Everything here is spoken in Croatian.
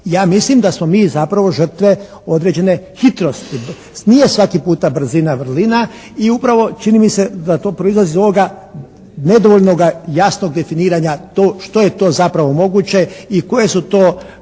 Ja mislim da smo mi zapravo žrtve određene hitrosti. Nije svaki puta brzina vrlina i upravo čini mi se da to proizlazi iz ovoga nedovoljnoga jasnog definiranja to što je to zapravo moguće i koje su to